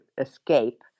escape